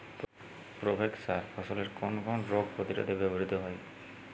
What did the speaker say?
Provex সার ফসলের কোন কোন রোগ প্রতিরোধে ব্যবহৃত হয়?